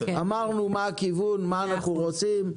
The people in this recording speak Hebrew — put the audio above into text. אמרנו מה הכיוון ומה אנחנו רוצים.